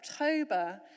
October